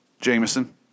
Jameson